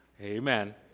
Amen